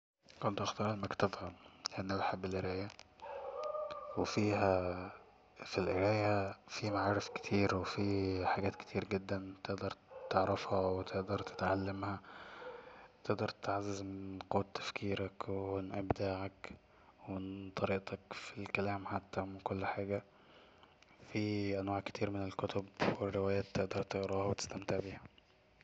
كنت هختار المكتبة لأني بحب القراية وفيها في القراية في معارف كتير جدا تقدر تعرفها وتقدر تتعلمها تقدر تعزز من قوة تفكيرك ومن إبداعك ومن طريقتك في الكلام حتى ومن كل حاجة في أنواع كتير من الكتب والروايات تقدر تقراها وتستمتع بيها